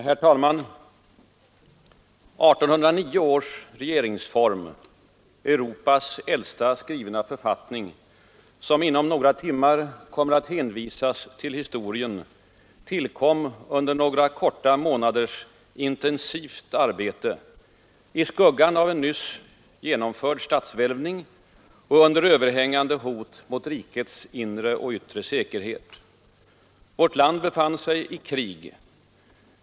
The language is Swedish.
Herr talman! 1809 års regeringsform — Europas äldsta skrivna författning — som inom några timmar kommer att hänvisas till historien, tillkom under några få månaders intensivt arbete — i skuggan av en nyss genomförd statsvälvning och under överhängande hot mot rikets inre och yttre säkerhet. Vårt land befann sig i krig.